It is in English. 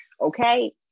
Okay